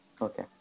Okay